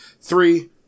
Three